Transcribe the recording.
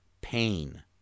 pain